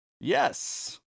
Yes